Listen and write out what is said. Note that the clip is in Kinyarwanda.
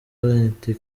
anti